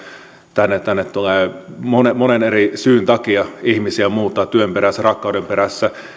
tänne tänne tullaan monen eri syyn takia ihmisiä muuttaa työn perässä rakkauden perässä